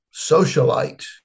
socialite